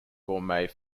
gourmet